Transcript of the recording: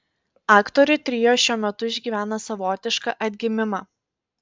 aktorių trio šiuo metu išgyvena savotišką atgimimą